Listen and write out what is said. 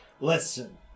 Listen